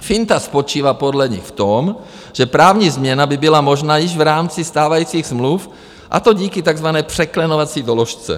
Finta spočívá podle nich v tom, že právní změna by byla možná již v rámci stávajících smluv, a to díky takzvané překlenovací doložce.